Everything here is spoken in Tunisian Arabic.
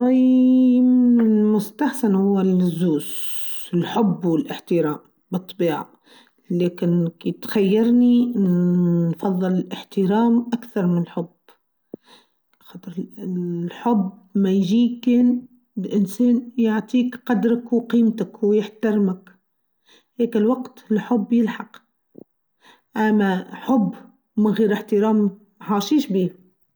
أييييييي من المستحسن هو من الزوز الحب و الإحترام بالطباع لاكن بتخيرني نفظل الإحترام أكثر من الحب الحب ما يچيكن الإنسان يعطيك قدرك و قيمتك و يحترمك هيك الوقت الحب يلحقك أما حب من غير إحترام ماعشيش بيه.